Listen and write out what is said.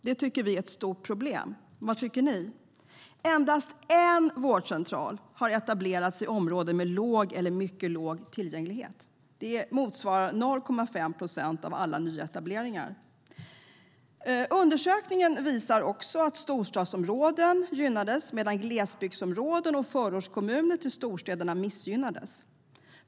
Det tycker vi är ett stort problem. Vad tycker ni? Endast en vårdcentral har etablerats i områden med låg eller mycket låg tillgänglighet, vilket motsvarar 0,5 procent av alla nyetableringar. Undersökningen visar också att storstadsområden gynnades medan glesbygdsområden och förortskommuner till storstäderna missgynnades.